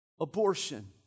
Abortion